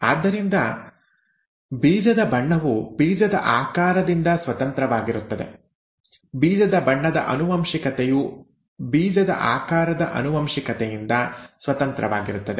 ಆದ್ದರಿಂದ ಬೀಜದ ಬಣ್ಣವು ಬೀಜದ ಆಕಾರದಿಂದ ಸ್ವತಂತ್ರವಾಗಿರುತ್ತದೆ ಬೀಜದ ಬಣ್ಣದ ಆನುವಂಶಿಕತೆಯು ಬೀಜ ಆಕಾರದ ಆನುವಂಶಿಕತೆಯಿಂದ ಸ್ವತಂತ್ರವಾಗಿರುತ್ತದೆ ಇದು ಅದರರ್ಥವಾಗಿದೆ